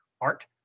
art